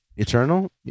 Eternal